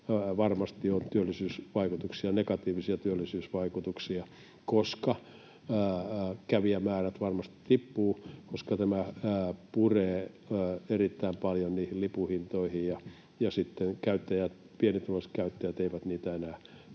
varmasti on negatiivisia työllisyysvaikutuksia, koska kävijämäärät varmasti tippuvat, koska tämä puree erittäin paljon niihin lippujen hintoihin, ja sitten pienituloiset käyttäjät eivät niitä enää